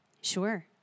sure